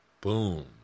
Boom